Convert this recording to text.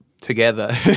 together